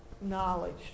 knowledge